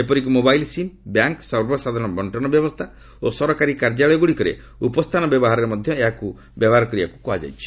ଏପରିକି mobile sim bank ସର୍ବସାଧାରଣ ବଣ୍ଟନ ବ୍ୟବସ୍ଥା ଓ ସରକାରୀ କାର୍ଯ୍ୟାଳୟଗୁଡ଼ିକରେ ଉପସ୍ଥାନ ବ୍ୟବହାରେ ମଧ୍ୟ ଏହାକୁ ବ୍ୟବହାର କରିବାକୁ କୁହାଯାଇଛି